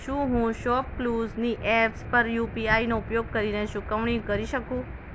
શું હું શોપક્લુઝની એપ્સ પર યુપીઆઈનો ઉપયોગ કરીને ચૂકવણી કરી શકું